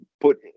put